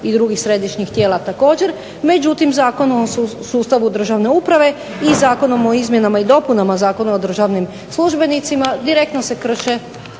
i drugih središnjih tijela također, međutim Zakonu o sustavu državne uprave i Zakonom o izmjenama i dopunama Zakona o državnim službenicima direktno se krše